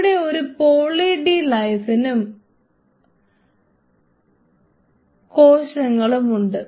ഇവിടെ ഒരു poly D ലൈസിനും കോശങ്ങളും ഉണ്ട്